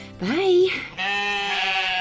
Bye